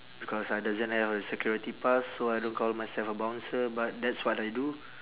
because I doesn't have a security pass so I don't call myself a bouncer but that's what I do